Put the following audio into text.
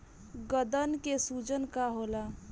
गदन के सूजन का होला?